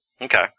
Okay